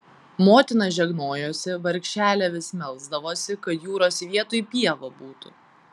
motina žegnojosi vargšelė vis melsdavosi kad jūros vietoj pieva būtų